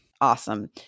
awesome